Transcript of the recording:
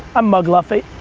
ah mug luffy.